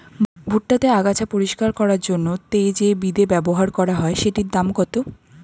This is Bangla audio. ভুট্টা তে আগাছা পরিষ্কার করার জন্য তে যে বিদে ব্যবহার করা হয় সেটির দাম কত?